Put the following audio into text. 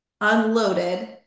unloaded